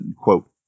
quote